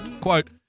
Quote